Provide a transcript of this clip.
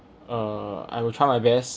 uh I will try my best